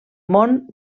món